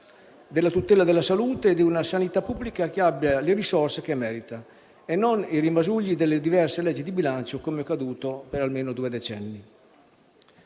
della tutela della salute e di una sanità pubblica che abbia le risorse che merita, e non i rimasugli delle diverse leggi di bilancio, come accaduto per almeno due decenni.